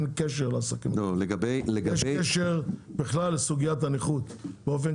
אלא בכלל לסוגיית הנכות.